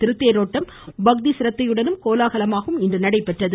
திருத்தேரோட்டம் இன்று பக்தி சிரத்தையுடனும் கோலாகலமாகவும் நடைபெற்றது